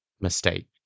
mistake